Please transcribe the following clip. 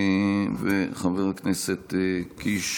חבר הכנסת קיש,